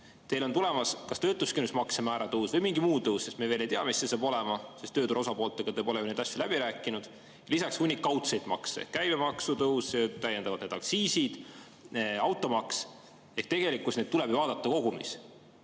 Teil on tulemas kas töötuskindlustusmakse määra tõus või mingi muu tõus, me veel ei tea, mis see olema saab, sest tööturu osapooltega te pole neid asju veel läbi rääkinud. Lisaks hunnik kaudseid makse: käibemaksu tõus, täiendavad aktsiisid, automaks. Tegelikult tuleb neid vaadata kogumis.